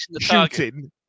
shooting